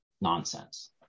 nonsense